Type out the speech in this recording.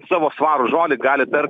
savo svarų žodį gali tarti